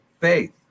faith